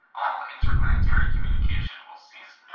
all interplanetary communication will cease